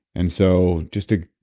and so just to.